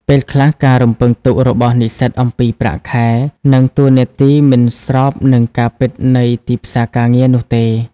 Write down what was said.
ពេលខ្លះការរំពឹងទុករបស់និស្សិតអំពីប្រាក់ខែ និងតួនាទី មិនស្របនឹងការពិតនៃទីផ្សារការងារនោះទេ។